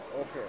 Okay